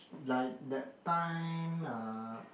like that time uh